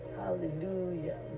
hallelujah